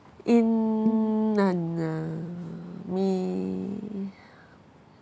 in none ah me